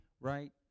right